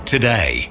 Today